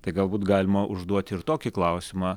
tai galbūt galima užduoti ir tokį klausimą